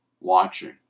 watching